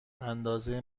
اندازه